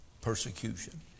persecution